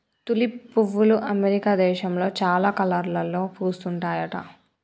tulip పువ్వులు America దేశంలో చాలా కలర్లలో పూస్తుంటాయట